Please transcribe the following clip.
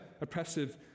oppressive